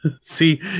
See